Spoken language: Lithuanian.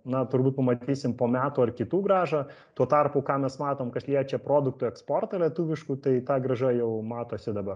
na turbūt pamatysim po metų ar kitų grąžą tuo tarpu ką mes matom kas liečia produktų eksportą lietuviškų tai ta grąža jau matosi dabar